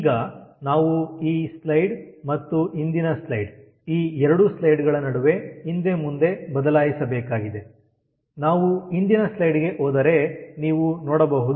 ಈಗ ನಾವು ಈ ಸ್ಲೈಡ್ ಮತ್ತು ಹಿಂದಿನ ಸ್ಲೈಡ್ ಈ ಎರಡೂ ಸ್ಲೈಡ್ ಗಳ ನಡುವೆ ಹಿಂದೆ ಮುಂದೆ ಬದಲಾಯಿಸಬೇಕಾಗಿದೆ ನಾವು ಹಿಂದಿನ ಸ್ಲೈಡ್ ಗೆ ಹೋದರೆ ನೀವು ನೋಡಬಹುದು